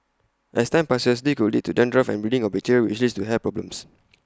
as time passes this could lead to dandruff and breeding of bacteria which leads to hair problems